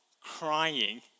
crying